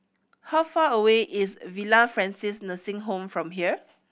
how far away is Villa Francis Nursing Home from here